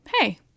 hey